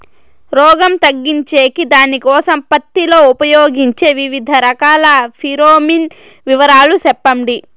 రోగం తగ్గించేకి దానికోసం పత్తి లో ఉపయోగించే వివిధ రకాల ఫిరోమిన్ వివరాలు సెప్పండి